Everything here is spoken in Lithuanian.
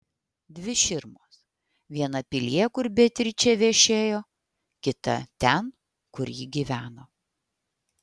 dvi širmos viena pilyje kur beatričė viešėjo kita ten kur ji gyveno